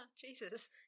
Jesus